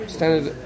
Standard